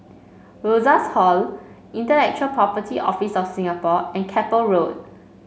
Rosas Hall Intellectual Property Office of Singapore and Keppel Road